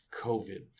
COVID